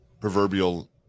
proverbial